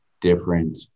different